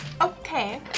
Okay